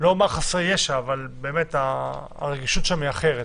לא אומר חסרי ישע, אבל הרגישות שם היא אחרת.